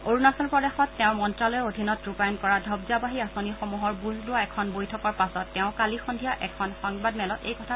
অৰুণাচল প্ৰদেশত তেওঁৰ মন্তালয়ৰ অধীনত ৰূপায়ণ কৰা ধবজাবাহী আঁচনিসমূহৰ বুজ লোৱা এখন বৈঠকৰ পাছত তেওঁ কালি সদ্ধিয়া এখন সংবাদমেলত এই কথা প্ৰকাশ কৰে